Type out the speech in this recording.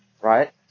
right